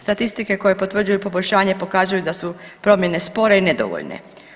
Statistike koje potvrđuju poboljšanje pokazuju da su promjene spore i nedovoljne.